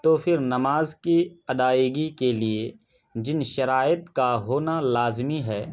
تو پھر نماز کی ادائیگی کے لیے جن شرائط کا ہونا لازمی ہے